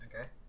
Okay